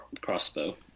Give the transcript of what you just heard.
crossbow